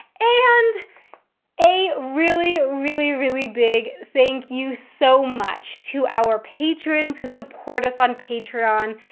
and a really, really, really big thank you so much to our patrons who support us on patreon.